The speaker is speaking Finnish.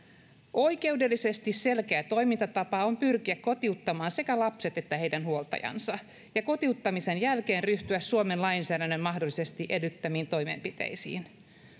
oikeudellisesti selkeä toimintatapa on pyrkiä kotiuttamaan sekä lapset että heidän huoltajansa ja kotiuttamisen jälkeen ryhtyä suomen lainsäädännön mahdollisesti edellyttämiin toimenpiteisiin